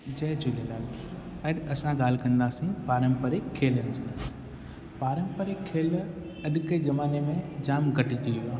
जय झूलेलाल अॼु असां ॻाल्हि कंदासी पारम्परिकु खेलनि जी पारम्परिकु खेल अॼु के ज़माने में जामु घटिजी वियो आहे